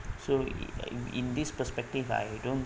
so in in this perspective I don't